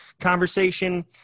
conversation